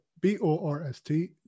B-O-R-S-T